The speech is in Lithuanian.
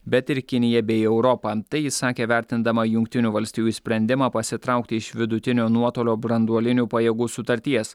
bet ir kiniją bei europą tai ji sakė vertindama jungtinių valstijų sprendimą pasitraukti iš vidutinio nuotolio branduolinių pajėgų sutarties